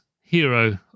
hero